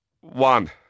One